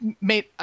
made